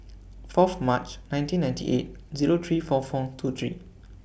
Fourth March nineteen ninety eight Zero three four four two three